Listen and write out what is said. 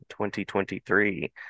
2023